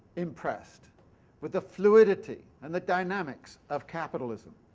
impressed with the fluidity and the dynamics of capitalism.